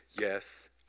Yes